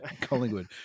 Collingwood